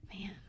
Man